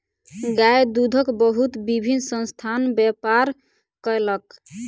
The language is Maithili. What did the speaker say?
गाय दूधक बहुत विभिन्न संस्थान व्यापार कयलक